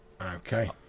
Okay